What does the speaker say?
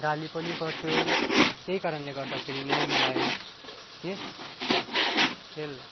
गाली पनि गर्थ्यो त्यही कारणले गर्दाखेरि नै मलाई यस खेल